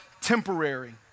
temporary